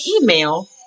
email